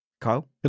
Kyle